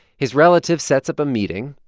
his relative sets up a meeting.